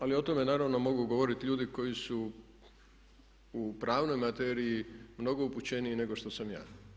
Ali o tome naravno mogu govoriti ljudi koji su u pravnoj materiji mnogo upućeniji nego što sam ja.